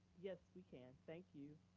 yes, we can, thank you.